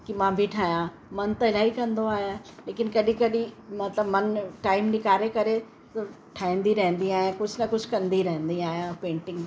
की मां बि ठाहियां मनु त इलाही कंदो आहे लेकिन कॾहिं कॾहिं मतिलबु मनु टाइम निकारे करे ठाहींदी रहंदी आहियां कुझु न कुझु कंदी रहंदी आहियां पेंटिंग